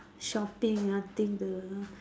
shopping nothing to